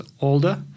older